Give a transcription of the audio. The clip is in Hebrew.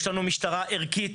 יש לנו משטרה ערכית,